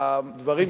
הדברים,